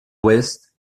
west